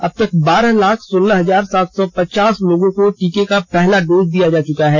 अब तक बारह लाख सोलह हजार सात सौ पचास लोगों को टीके का पहला डोज दिया जा चुका है